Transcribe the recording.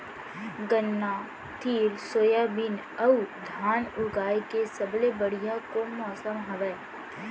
गन्ना, तिल, सोयाबीन अऊ धान उगाए के सबले बढ़िया कोन मौसम हवये?